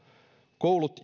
koulut